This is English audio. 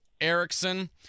Erickson